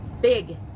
big